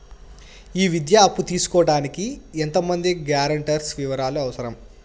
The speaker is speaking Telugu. ఈ విద్యా అప్పు తీసుకోడానికి ఎంత మంది గ్యారంటర్స్ వివరాలు అవసరం?